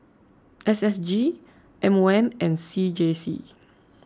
S S G M O M and C J C